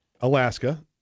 Alaska